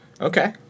Okay